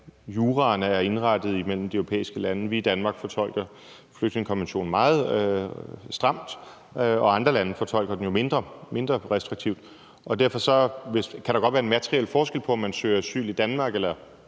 juraen er indrettet i de europæiske lande. Vi i Danmark fortolker flygtningekonventionen meget stramt, og andre lande fortolker den mindre restriktivt. Derfor kan der godt være en materiel forskel på, om man søger asyl i f.eks. Danmark,